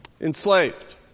enslaved